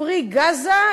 "Free Gaza",